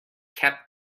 kept